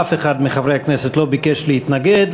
אף אחד מחברי הכנסת לא ביקש להתנגד,